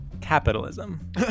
capitalism